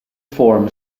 form